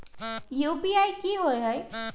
UPI कि होअ हई?